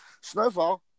Snowfall